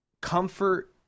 comfort